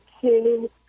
two